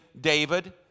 David